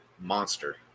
monster